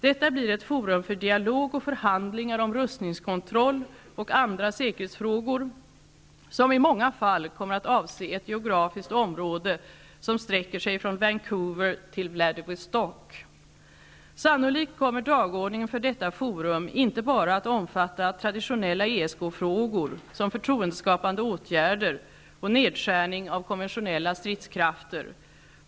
Detta blir ett forum för dialog och förhandlingar om rustningskontroll och andra säkerhetsfrågor, som i många fall kommer att avse ett geografiskt område som sträcker sig från Vancouver till Sannolikt kommer dagordningen för detta forum inte bara att omfatta traditionella ESK-frågor som förtroendeskapande åtgärder och nedskärning av konventionella stridskrafter.